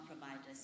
providers